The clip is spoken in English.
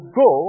go